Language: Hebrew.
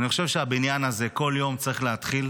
אני חושב שהבניין הזה כל יום צריך להתחיל,